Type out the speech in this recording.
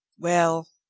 well!